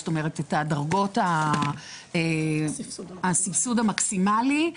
זאת אומרת את דרגות הסבסוד המקסימלי.